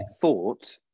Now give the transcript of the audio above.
thought